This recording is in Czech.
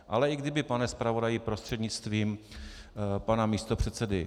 Ale i kdyby, pane zpravodaji prostřednictvím pana místopředsedy.